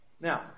Now